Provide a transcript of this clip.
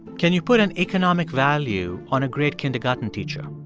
can you put an economic value on a great kindergarten teacher?